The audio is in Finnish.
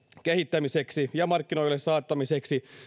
kehittämiseen ja ja markkinoille saattamiseen